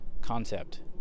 concept